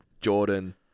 jordan